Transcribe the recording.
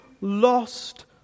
lost